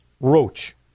roach